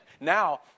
Now